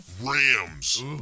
Rams